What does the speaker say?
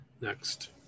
next